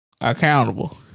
accountable